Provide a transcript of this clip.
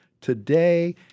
today